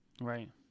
Right